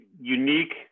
unique